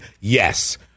yes